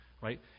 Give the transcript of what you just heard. right